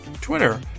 Twitter